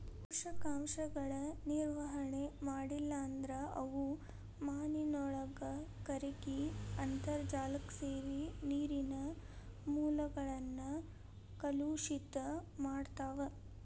ಪೋಷಕಾಂಶಗಳ ನಿರ್ವಹಣೆ ಮಾಡ್ಲಿಲ್ಲ ಅಂದ್ರ ಅವು ಮಾನಿನೊಳಗ ಕರಗಿ ಅಂತರ್ಜಾಲಕ್ಕ ಸೇರಿ ನೇರಿನ ಮೂಲಗಳನ್ನ ಕಲುಷಿತ ಮಾಡ್ತಾವ